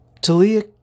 Talia